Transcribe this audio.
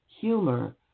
humor